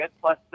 plus